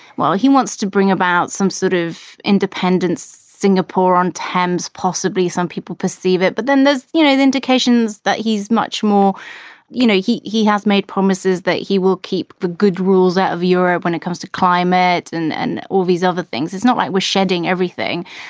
well, he wants to bring about some sort of independence. singapore on thames, possibly some people perceive it. but then there's, you know, the indications that he's much more you know, he he has made promises that he will keep the good rules out of europe when it comes to climate and then and all these other things, it's not like we're shedding everything.